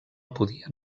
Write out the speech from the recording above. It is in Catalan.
podien